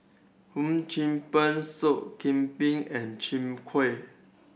Hum Chim Peng Soup Kambing and Chwee Kueh